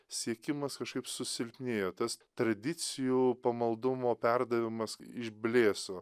siekimas kaškaip susilpnėjo tas tradicijų pamaldumo perdavimas išblėso